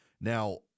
Now